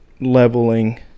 leveling